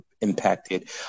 impacted